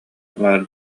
баар